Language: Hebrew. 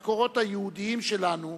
המקורות היהודיים שלנו